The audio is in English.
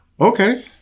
Okay